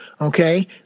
Okay